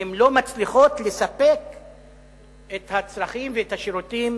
והן לא מצליחות לספק את הצרכים ואת השירותים